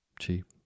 cheap